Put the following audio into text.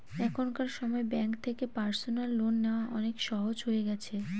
এখনকার সময় ব্যাঙ্ক থেকে পার্সোনাল লোন নেওয়া অনেক সহজ হয়ে গেছে